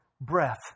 breath